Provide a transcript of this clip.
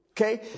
Okay